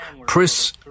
Chris